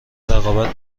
رقابت